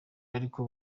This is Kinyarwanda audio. ariko